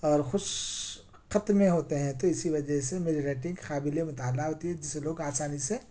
اور خوشخط میں ہوتے ہیں تو اسی وجہ سے میری رائٹنگ قابل مطالعہ ہوتی ہے جسے لوگ آسانی سے